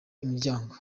imiryango